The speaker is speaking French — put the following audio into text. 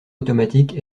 automatique